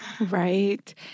Right